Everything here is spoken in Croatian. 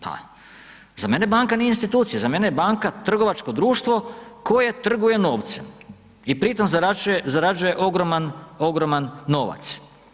Pa za mene banka nije institucija, za mene je banka trgovačko društvo koje trguje novce i pritom zarađuje ogroman novac.